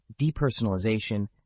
depersonalization